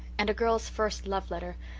and a girl's first love letter,